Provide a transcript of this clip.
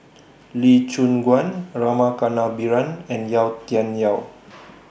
Lee Choon Guan Rama Kannabiran and Yau Tian Yau